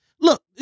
Look